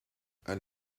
and